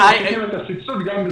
תקציב הבינוי הוא תקציב הרשאות להתחייב.